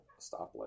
Stoplight